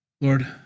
Lord